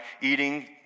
eating